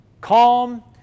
calm